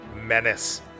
menace